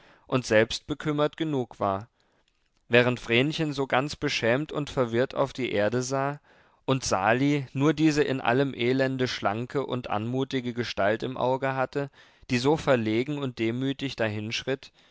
und selbst bekümmert genug war während vrenchen so ganz beschämt und verwirrt auf die erde sah und sali nur diese in allem elende schlanke und anmutige gestalt im auge hatte die so verlegen und demütig